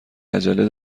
عجله